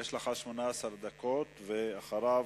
יש לך 18 דקות, ואחריו,